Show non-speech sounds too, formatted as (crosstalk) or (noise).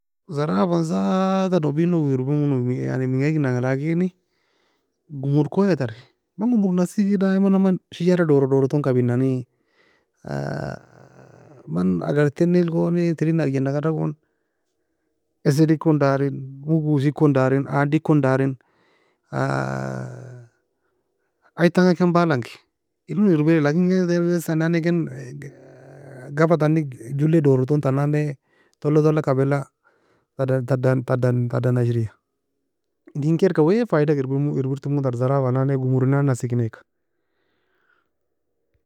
زرافة ذات nobi log wae erber mo mena eaginan لكن gomur koia ter man gomur nassie man شجر doro dor ton kabei nani (hesitation) man agar teny elgoni tern aginan agara gon اسد ekon dari, mug ose ekon dari andei ekon darin (hesitation) ayi tanga ken bala engi owen erbraie لكن (hesitation) tan nan ne ken kaba (hesitation) tany erbaire erbaire temoue mo ter زرافة nan nae ken (hesitation) gafa tani july doro ton tan nan nae kaba tanig July doro tone toula kabeia tadan tadan tadan ashriea dean keel wae فايدة ga erbaire mo ter زرافة nan ne gomur enan nae nassikeniga.